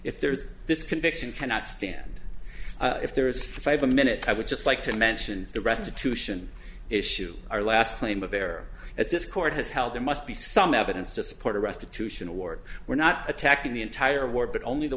if there's this conviction cannot stand if there's five minutes i would just like to mention the restitution issue our last claim of there is this court has held there must be some evidence to support a restitution award we're not attacking the entire war but only the